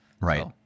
Right